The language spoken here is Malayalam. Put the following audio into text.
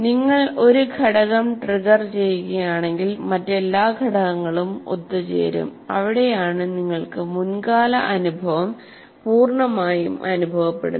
നിങ്ങൾ ഒരു ഘടകം ട്രിഗർ ചെയ്യുകയാണെങ്കിൽ മറ്റെല്ലാ ഘടകങ്ങളും ഒത്തുചേരും അവിടെയാണ് നിങ്ങൾക്ക് മുൻകാല അനുഭവം പൂർണ്ണമായും അനുഭവപ്പെടുന്നത്